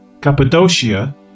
Cappadocia